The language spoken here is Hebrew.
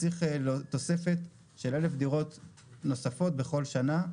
צריך תוספת של 1,000 דירות נוספות בכל שנה.